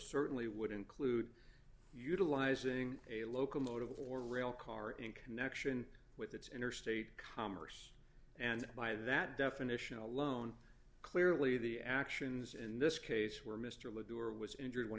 certainly would include utilizing a locomotive or rail car in connection with its interstate commerce and by that definition alone clearly the actions in this case were mr woodward was injured when